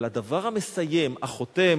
אבל הדבר המסיים, החותם,